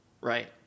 Right